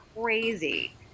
crazy